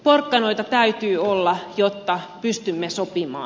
porkkanoita täytyy olla jotta pystymme sopimaan